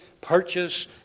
purchase